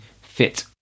fit